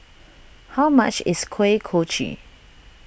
how much is Kuih Kochi